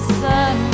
sun